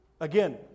Again